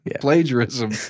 plagiarism